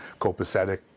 copacetic